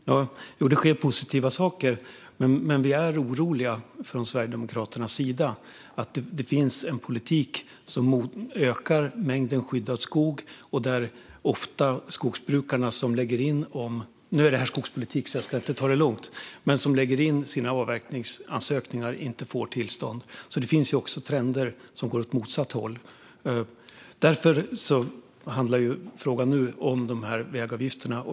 Fru talman! Jo, det sker positiva saker. Men Sverigedemokraterna är oroliga. Det finns en politik som ökar mängden skyddad skog. Nu är det här skogspolitik; jag ska alltså inte dra det för långt. Men skogsbrukarna lämnar ofta in sina avverkningsansökningar men får inte tillstånd. Det finns alltså också trender som går åt motsatt håll. Frågan nu gäller den här vägavgiften.